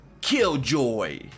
Killjoy